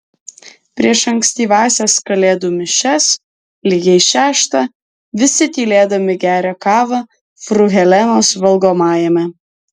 prieš ankstyvąsias kalėdų mišias lygiai šeštą visi tylėdami geria kavą fru helenos valgomajame